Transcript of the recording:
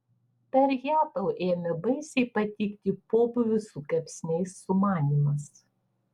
per ją tau ėmė baisiai patikti pobūvių su kepsniais sumanymas